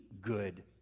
good